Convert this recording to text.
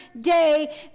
day